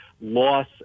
loss